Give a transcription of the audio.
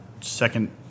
second